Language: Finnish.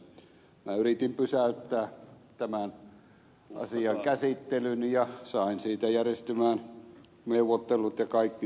minä yritin pysäyttää tämän asian käsittelyn ja sain siitä järjestymään neuvottelut ja kaikki tyynni